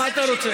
מה אתה רוצה?